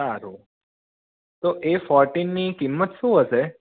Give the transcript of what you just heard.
સારું તો એ ફોર્ટીનની કિંમત શું હશે